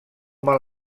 mal